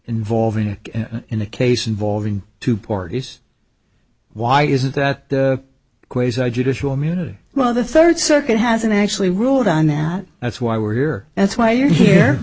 involving in a case involving two parties why isn't that quasar judicial immunity well the third circuit hasn't actually ruled on that that's why we're here that's why you're here